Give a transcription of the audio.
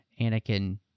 Anakin